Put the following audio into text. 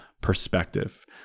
perspective